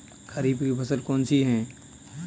खरीफ की फसल कौन सी है?